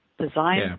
design